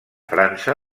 frança